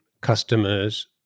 customers